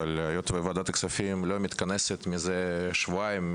אבל היות שוועדת הכספים לא מתכנסת מזה שבועיים,